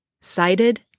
cited